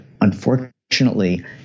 Unfortunately